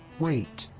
wait.